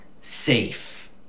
safe